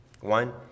One